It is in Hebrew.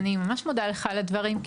אני ממש מודה לך על הדברים,